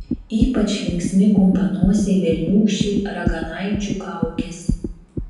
ypač linksmi kumpanosiai velniūkščiai raganaičių kaukės